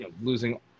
losing